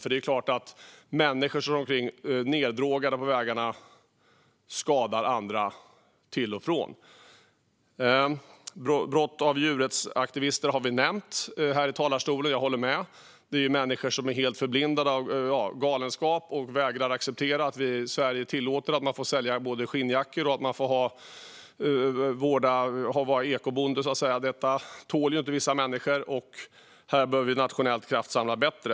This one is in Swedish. Det är ju klart att människor som kör omkring neddrogade på vägarna skadar andra till och från. Brott som begås av djurrättsaktivister har vi nämnt här i talarstolen. Jag håller med - detta är människor som är helt förblindade av galenskap och vägrar acceptera att vi i Sverige tillåter att man säljer skinnjackor och att man får vara ekobonde. Detta tål inte vissa människor. Här behöver vi nationellt kraftsamla bättre.